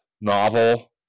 novel